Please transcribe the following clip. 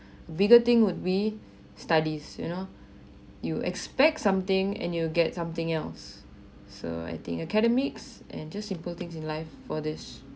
bigger thing would we studies you know you expect something and you'll get something else so I think academics and just simple things in life for this